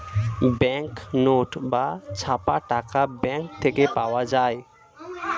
bank note বা ছাপা টাকা ব্যাঙ্ক থেকে পাওয়া যায়